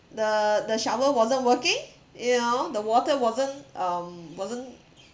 the the shower wasn't working you know the water wasn't um wasn't